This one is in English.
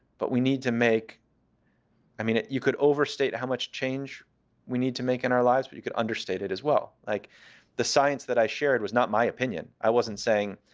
but we need to make i mean you could overstate how much change we need to make in our lives. but you could understate it as well. like the science that i shared was not my opinion. i wasn't saying,